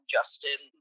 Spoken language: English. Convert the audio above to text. Justin